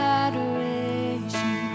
adoration